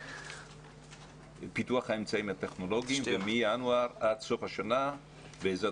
מפיתוח האמצעים הטכנולוגיים ומינואר עד סוף השנה בעזרת